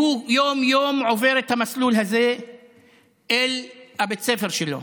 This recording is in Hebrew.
הוא יום-יום עובר את המסלול הזה אל בית הספר שלו,